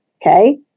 Okay